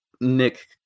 Nick